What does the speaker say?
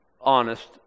Honest